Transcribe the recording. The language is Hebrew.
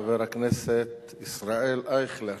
חבר הכנסת ישראל אייכלר.